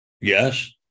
Yes